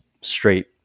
straight